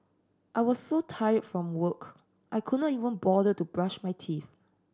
I was so tired from work I could not even bother to brush my teeth